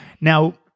Now